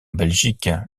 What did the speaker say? belgique